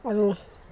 আৰু